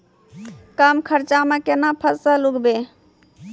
कम खर्चा म केना फसल उगैबै?